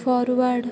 forward